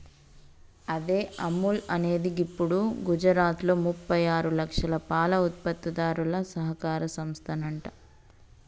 అదే అముల్ అనేది గిప్పుడు గుజరాత్లో ముప్పై ఆరు లక్షల పాల ఉత్పత్తిదారుల సహకార సంస్థనంట